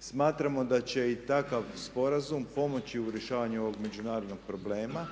Smatramo da će i takav sporazum pomoći u rješavanju ovog međunarodnog problema.